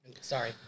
Sorry